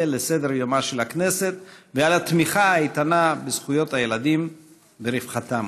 לסדר-יומה של הכנסת ועל התמיכה האיתנה בזכויות הילדים ורווחתם.